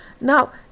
Now